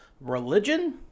religion